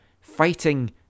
fighting